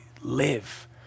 live